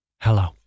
Hello